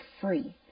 free